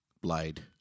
blade